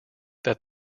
that